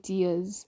years